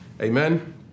Amen